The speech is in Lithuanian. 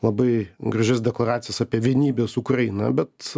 labai gražias dekoracijas apie vienybės ukrainą bet